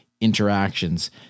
interactions